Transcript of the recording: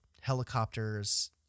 helicopters